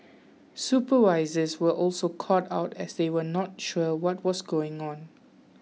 supervisors were also caught out as they were not sure what was going on